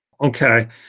Okay